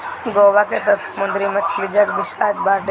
गोवा के तअ समुंदरी मछली जग विख्यात बाटे